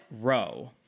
row